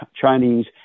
Chinese